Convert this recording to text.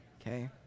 okay